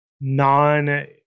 non